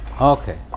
Okay